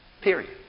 Period